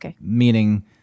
Meaning